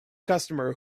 customer